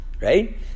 right